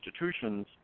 institutions